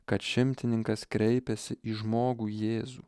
kad šimtininkas kreipėsi į žmogų jėzų